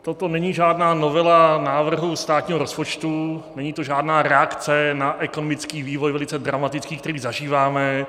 Toto není žádná novela návrhu státního rozpočtu, není to žádná reakce na ekonomický vývoj, velice dramatický, který zažíváme.